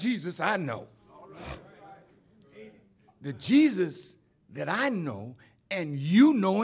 jesus i know the jesus that i know and you know